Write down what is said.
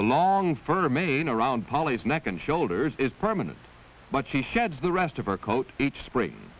the long fur mane around polly's neck and shoulders is permanent but she sheds the rest of her coat each spring